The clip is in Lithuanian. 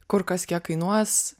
kur kas kiek kainuos